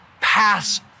pass